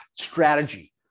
strategy